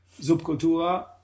Subcultura